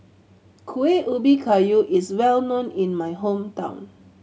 Kuih Ubi Kayu is well known in my hometown